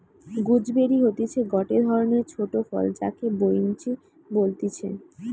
gooseberry হতিছে গটে ধরণের ছোট ফল যাকে বৈনচি বলতিছে